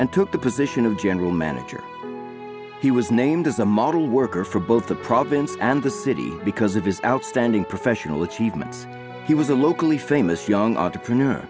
and took the position of general manager he was named as a model worker for both the province and the city because of his outstanding professional achievements he was a locally famous young entrepreneur